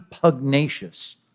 pugnacious